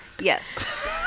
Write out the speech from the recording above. Yes